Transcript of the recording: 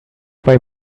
why